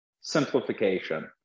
Simplification